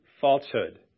falsehood